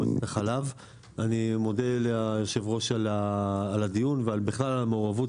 אני מודה ליושב ראש על הדיון ובכלל על המעורבות